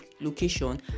location